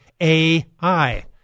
AI